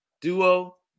duo